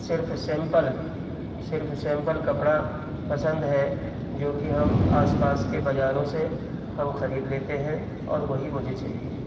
صرف سمپل صرف سمپل کپڑا پسند ہے جو کہ ہم آس پاس کے بازاروں سے ہم خرید لیتے ہیں اور وہی مجھے چاہیے